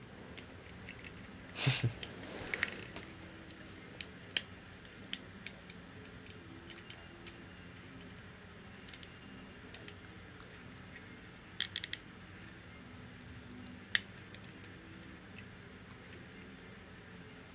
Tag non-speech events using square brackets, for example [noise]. [laughs]